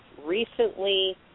recently